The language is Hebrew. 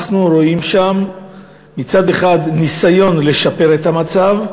אנחנו רואים שם מצד אחד ניסיון לשפר את המצב,